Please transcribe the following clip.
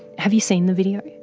have you seen the video?